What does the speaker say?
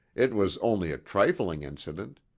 it was only a trifling incident,